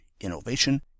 innovation